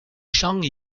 shang